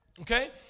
Okay